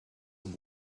have